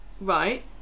right